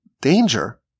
danger